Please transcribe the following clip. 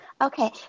Okay